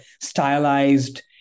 stylized